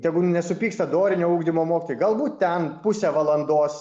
tegul nesupyksta dorinio ugdymo mokytojai galbūt ten pusę valandos